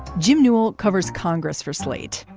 jim newell covers congress for slate.